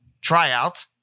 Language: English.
tryout